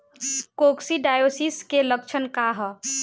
Coccidiosis के लक्षण का ह?